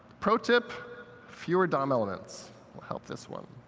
pro tip fewer dom elements will help this one.